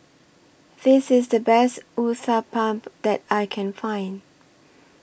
This IS The Best Uthapam that I Can Find